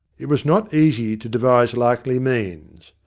it was not easy to devise likely means.